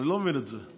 אני לא מבין את זה.